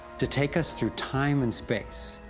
to take us through time and space.